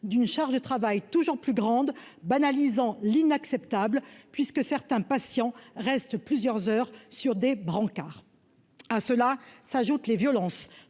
d'une charge de travail toujours plus grande, banalisant l'inacceptable puisque certains patients reste plusieurs heures sur des brancards, à cela s'ajoutent les violences